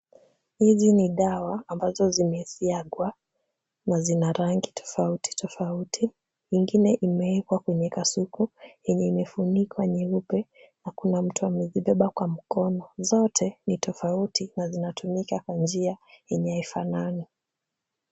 Hizi ni dawa ambazo zimesiagwa na zina rangi tofauti tofauti. Ingine imewekwa kwenye kasuku yenye imefunikwa nyeupe na kuna mtu amezibeba kwa mkono. Zote ni tofauti na zinatumika kwa njia yenye haifanani.